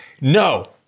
No